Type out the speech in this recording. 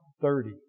thirty